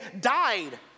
died